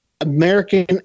American